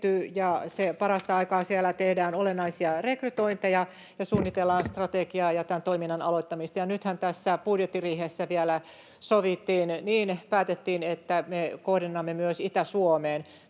ja parasta aikaa siellä tehdään olennaisia rekrytointeja ja suunnitellaan strategiaa ja tämän toiminnan aloittamista. Nythän tässä budjettiriihessä vielä sovittiin, päätettiin, että me kohdennamme myös Itä-Suomeen.